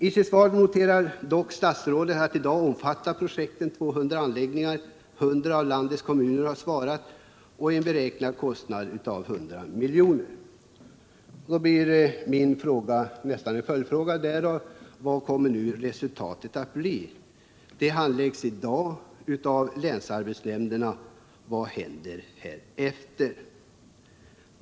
I sitt svar noterar statsrådet att i dag omfattar upprustningsplanen 200 anläggningar, att ett hundratal kommuner har svarat och att den sammanlagda kostnaden beräknas uppgå till 100 milj.kr. Vad blir då resultatet? Ärendet handläggs i dag av länsarbetsnämnderna, men vad händer sedan?